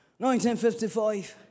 1955